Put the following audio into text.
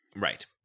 Right